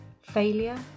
failure